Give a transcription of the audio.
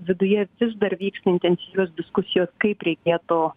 viduje vis dar vyksta intensyvios diskusijos kaip reikėtų